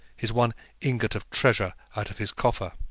his one ingot of treasure out of his coffer?